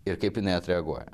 ir kaip jinai atreaguoja